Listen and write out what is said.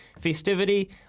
Festivity